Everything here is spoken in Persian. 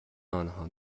آنها